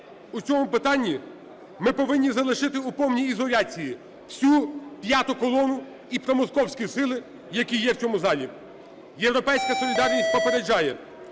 У цьому питанні ми повинні залишити у повній ізоляції всю п'яту колону і промосковські сили, які є в цьому залі. "Європейська солідарність" попереджає